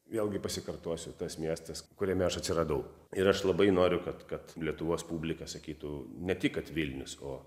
vėlgi pasikartosiu tas miestas kuriame aš atsiradau ir aš labai noriu kad kad lietuvos publika sakytų ne tik kad vilnius o